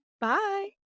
Bye